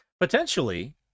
Potentially